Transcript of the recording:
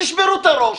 תשברו את הראש,